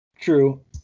True